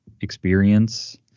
experience